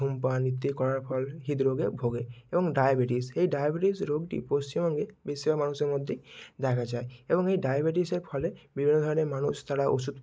ধূমপান ইত্যাদি করার ফলে হৃদরোগে ভোগে এবং ডায়াবেটিস এই ডায়াবেটিস রোগটি পশ্চিমবঙ্গে বেশিরভাগ মানুষের মধ্যেই দেখা যায় এবং এই ডায়বেটিসের ফলে বিভিন্ন ধরনের মানুষ তারা ওষুধ